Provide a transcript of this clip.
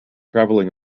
traveling